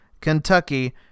Kentucky